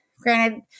granted